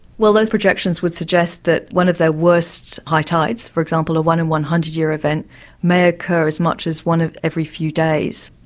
well, those projections would suggest that one of their worst high tides for example, a one in one hundred year event may occur as much as one every few days,